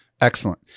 Excellent